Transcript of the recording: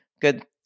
good